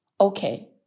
okay